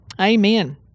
Amen